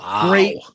great